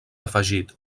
afegit